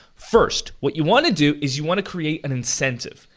first, what you want to do is you want to create an incentive.